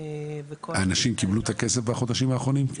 --- האנשים קיבלו את הכסף בחודשים האחרונים?